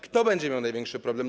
Kto będzie miał największy problem?